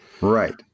right